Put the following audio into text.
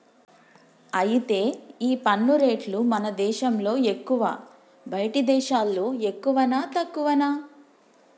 అయితే ఈ పన్ను రేట్లు మన దేశంలో ఎక్కువా బయటి దేశాల్లో ఎక్కువనా తక్కువనా